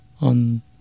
On